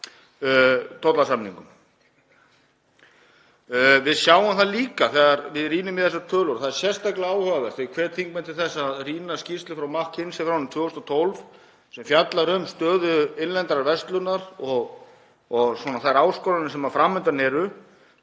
tollasamningum. Við sjáum það líka þegar við rýnum í þessar tölur og það er sérstaklega áhugavert — ég hvet þingmenn til þess að rýna skýrslu frá McKinsey frá árinu 2012 sem fjallar um stöðu innlendrar verslunar og þær áskoranir sem fram undan eru.